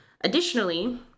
Additionally